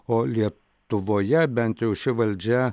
o lietuvoje bent jau ši valdžia